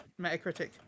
Metacritic